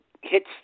hits